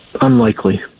Unlikely